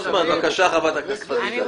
בבקשה, חברת הכנסת פדידה.